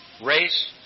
race